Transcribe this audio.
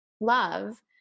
love